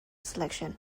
selection